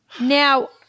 Now